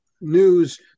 news